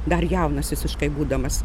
dar jaunas visiškai būdamas